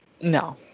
no